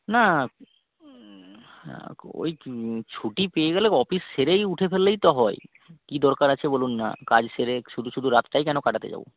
না ওই ছুটি পেয়ে গেলে অফিস সেরেই উঠে ফেললেই তো হয় কি দরকার আছে বলুন না কাজ সেরে শুধু শুধু রাতটাই কেন কাটাতে যাব